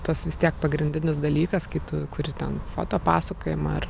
tas vis tiek pagrindinis dalykas kai tu kuri ten foto pasakojimą ar